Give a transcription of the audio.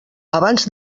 abans